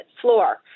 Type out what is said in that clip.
floor